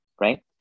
right